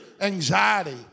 anxiety